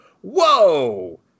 whoa